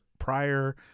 Prior